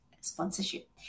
sponsorship